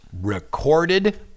recorded